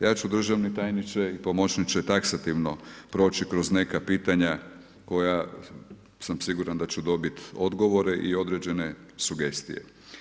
Ja ću državni tajniče i pomoćniče taksativno proći kroz neka pitanja koja sam siguran da ću dobiti odgovore i određene sugestije.